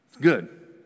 Good